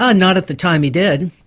ah not at the time he did.